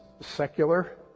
secular